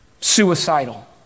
suicidal